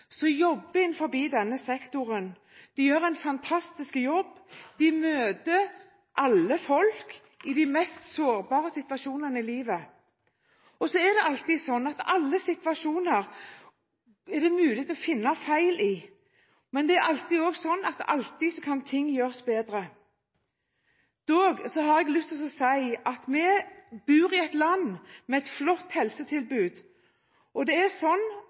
gjør en fantastisk jobb. De møter alle mennesker i de mest sårbare situasjonene i livet. I alle situasjoner er det mulig å finne feil, men det er også alltid sånn at ting kan gjøres bedre. Dog har jeg lyst til å si at vi bor i et land med et flott helsetilbud. Det er